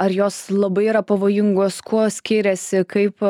ar jos labai yra pavojingos kuo skiriasi kaip